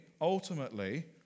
ultimately